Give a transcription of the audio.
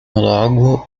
logo